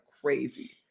crazy